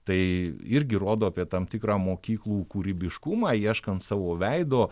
tai irgi rodo apie tam tikrą mokyklų kūrybiškumą ieškant savo veido